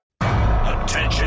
Attention